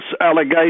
allegations